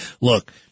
Look